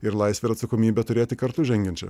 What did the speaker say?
ir laisvę ir atsakomybę turėti kartu žengiančią